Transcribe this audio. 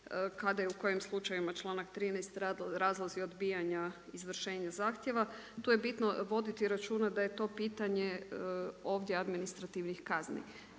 kada i u kojim slučajevima članak 13. razlozi odbijanja izvršenja zahtjeva. Tu je bitno voditi računa da je to pitanje ovdje administrativnih kazni,